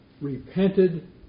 repented